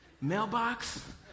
Mailbox